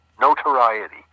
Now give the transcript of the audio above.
notoriety